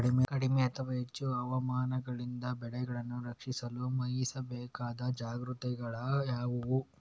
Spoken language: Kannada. ಕಡಿಮೆ ಅಥವಾ ಹೆಚ್ಚು ಹವಾಮಾನಗಳಿಂದ ಬೆಳೆಗಳನ್ನು ರಕ್ಷಿಸಲು ವಹಿಸಬೇಕಾದ ಜಾಗರೂಕತೆಗಳು ಯಾವುವು?